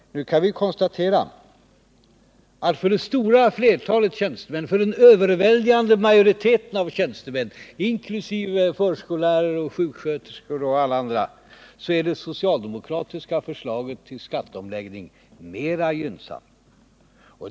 Nu kan vi konstatera att för den överväldigande majoriteten av tjänstemän, inkl. förskollärare och sjuksköterskor, är det socialdemokratiska förslaget till skatteomläggning mera gynnsamt.